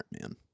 man